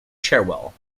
cherwell